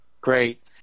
Great